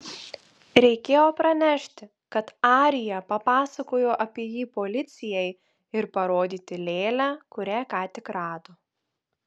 reikėjo pranešti kad arija papasakojo apie jį policijai ir parodyti lėlę kurią ką tik rado